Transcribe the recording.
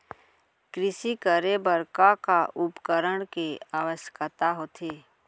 कृषि करे बर का का उपकरण के आवश्यकता होथे?